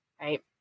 right